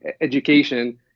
education